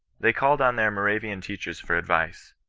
they called on their moravian teachers for advice.